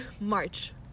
March